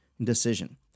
decision